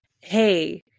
Hey